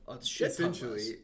essentially